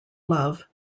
love